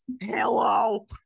hello